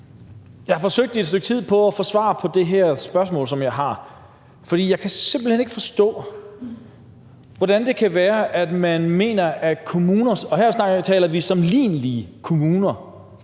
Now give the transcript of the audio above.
Jeg forsøgte i et stykke tid at få svar på det her spørgsmål, som jeg har, for jeg kan simpelt hen ikke forstå, hvordan det kan være, at man mener – og her taler vi om sammenlignelige kommuner